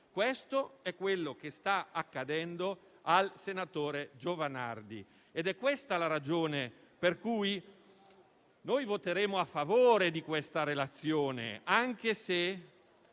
Questo è quanto sta accadendo al senatore Giovanardi ed è questa la ragione per cui noi voteremo a favore di questa relazione, anche se